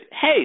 hey